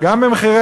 גם של